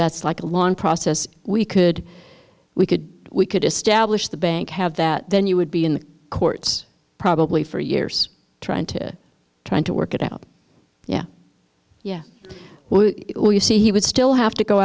that's like a long process we could we could we could establish the bank have that then you would be in the courts probably for years trying to trying to work it out yeah yeah well you see he would still have to go